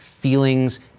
feelings